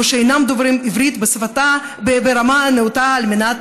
או שאינם דוברי עברית ברמה הנאותה על מנת